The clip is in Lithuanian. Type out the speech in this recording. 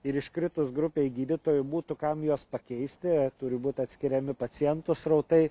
ir iškritus grupei gydytojų būtų kam juos pakeisti turi būti atskiriami pacientų srautai